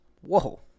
Whoa